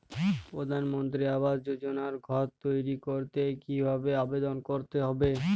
প্রধানমন্ত্রী আবাস যোজনায় ঘর তৈরি করতে কিভাবে আবেদন করতে হবে?